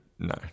No